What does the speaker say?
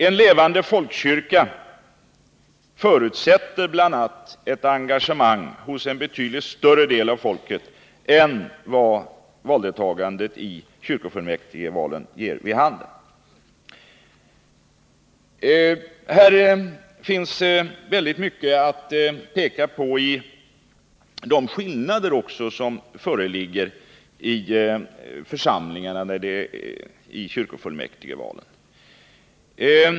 En levande folkkyrka förutsätter bl.a. ett engagemang hos en betydligt större del av folket än vad valdeltagandet i kyrkofullmäktigvalen ger vid handen. Det föreligger också stora skillnader mellan de olika församlingarna när det gäller deltagandet i kyrkofullmäktigvalen.